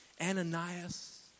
Ananias